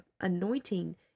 anointing